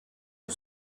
who